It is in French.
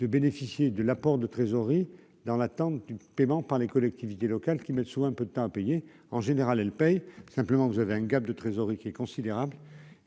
de bénéficier de l'apport de trésorerie dans l'attente du paiement par les collectivités locales qui mettent sous un peu de temps, a payé en général elle paye simplement vous avez un gap de trésorerie qui est considérable